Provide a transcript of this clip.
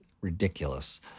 ridiculous